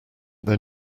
their